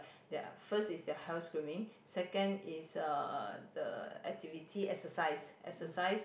their first is their health screening second is uh the activity exercise exercise